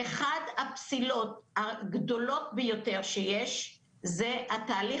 אחת הפסילות הגדולות ביותר שיש זה התהליך